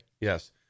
yes